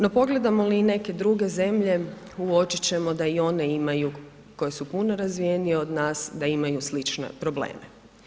No pogledamo li neke druge zemlje uočit ćemo da i one imaju koje su puno razvijenije od nas da imaju slične probleme.